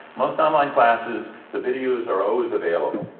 most online classes, the videos are always available.